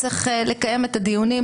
צריך לקיים את הדיונים,